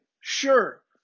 sure